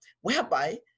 whereby